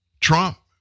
Trump